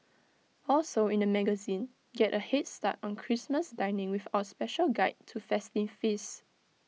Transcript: also in the magazine get A Head start on Christmas dining with our special guide to festive feasts